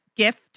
gift